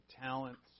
talents